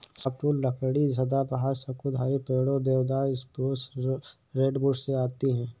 softwood लकड़ी सदाबहार, शंकुधारी पेड़ों, देवदार, स्प्रूस, रेडवुड से आती है